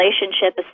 relationship